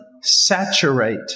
Saturate